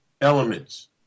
elements